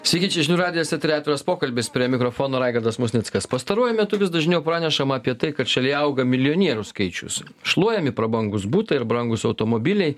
sveiki čia žinių radijas eteryje atviras pokalbis prie mikrofono raigardas musnickas pastaruoju metu vis dažniau pranešama apie tai kad šalyje auga milijonierių skaičius šluojami prabangūs butai ir brangūs automobiliai